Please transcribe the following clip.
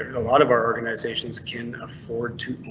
alot of our organisations can afford to.